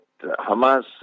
Hamas